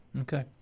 Okay